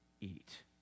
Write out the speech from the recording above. eat